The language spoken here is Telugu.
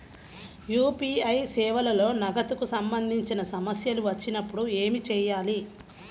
యూ.పీ.ఐ సేవలలో నగదుకు సంబంధించిన సమస్యలు వచ్చినప్పుడు ఏమి చేయాలి?